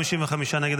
55 נגד.